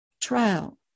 trial